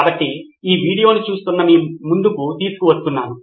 కాబట్టి ఈ వీడియోను చూస్తున్న మీ ముందుకు తీసుకు వస్తున్నాను